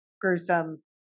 gruesome